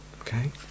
Okay